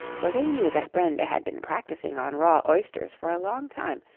for they knew that brenda had been practising on raw oysters for a long time,